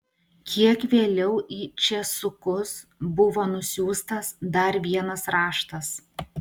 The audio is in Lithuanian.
kiek vėliau į česukus buvo nusiųstas dar vienas raštas